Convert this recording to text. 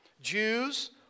Jews